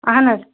اَہن حظ